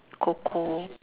cold cold